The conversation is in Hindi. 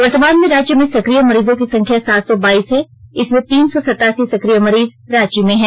वर्तमान में राज्य में सकिय मरीजों की संख्या सात सौ बाईस है इसमें तीन सौ सतासी सक्रिय मरीज रांची में हैं